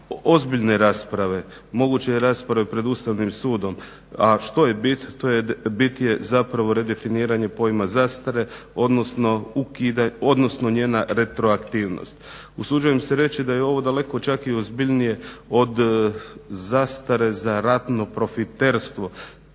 ozbiljne rasprave, moguće rasprave pred Ustavnim sudom. A što je bit? Bit je zapravo redefiniranje pojma zastare, odnosno njena retroaktivnost. Usuđujem se reći da je ovo daleko čak i ozbiljnije od zastare za ratno profiterstvo,